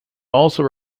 also